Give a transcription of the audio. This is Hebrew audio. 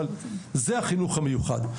זה החינוך המיוחד.